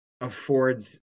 affords